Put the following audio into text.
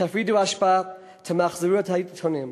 תפרידו אשפה, תמחזרו עיתונים.